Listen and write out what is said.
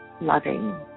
loving